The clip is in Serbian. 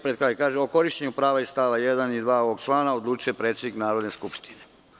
Pred kraj kaže – o korišćenju prava iz st. 1 i 2. ovog člana odlučuje predsednik Narodne skupštine.